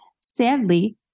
Sadly